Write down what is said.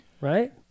right